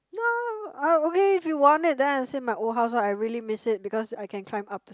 no oh okay if you want it then I say my old house right I really miss it because I can climb up the